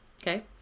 Okay